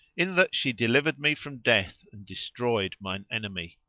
in that she delivered me from death and destroyed mine enemy.